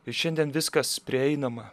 ir šiandien viskas prieinama